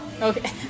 Okay